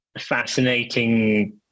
fascinating